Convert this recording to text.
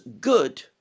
good